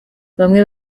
bamwe